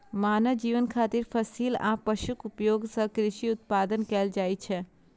मानव जीवन खातिर फसिल आ पशुक उपयोग सं कृषि उत्पादन कैल जाइ छै